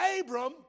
Abram